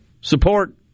support